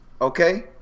Okay